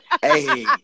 Hey